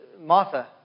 Martha